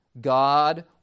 God